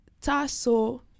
tasso